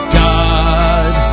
god